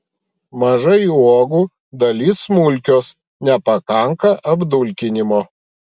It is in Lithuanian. mažai uogų dalis smulkios nepakanka apdulkinimo